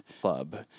club